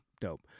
dope